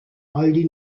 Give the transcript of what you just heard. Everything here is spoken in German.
aldi